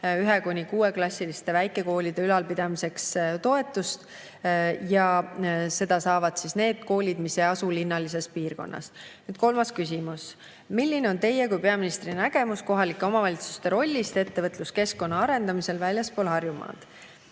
lapsega 1–6-klassiliste väikekoolide ülalpidamiseks toetust, ja seda saavad need koolid, mis ei asu linnalises piirkonnas. Kolmas küsimus: "Milline on Teie kui peaministri nägemus kohalike omavalitsuste rollist ettevõtluskeskkonna arendamisel väljaspool Harjumaad?"